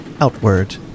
outward